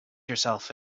yourself